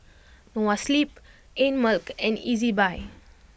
Noa Sleep Einmilk and Ezbuy